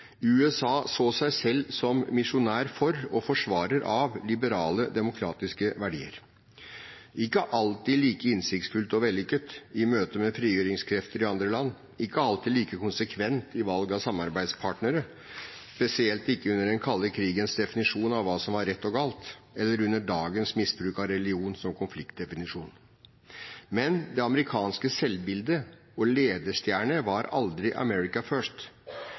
USA så seg selv som misjonær for og forsvarer av liberale demokratiske verdier – ikke alltid like innsiktsfullt og vellykket i møte med frigjøringskrefter i andre land, og ikke alltid like konsekvent i valg av samarbeidspartnere, spesielt ikke under den kalde krigens definisjon av hva som var rett og galt, eller under dagens misbruk av religion som konfliktdefinisjon. Men det amerikanske selvbildet og ledestjerne var aldri «America first».